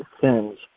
sins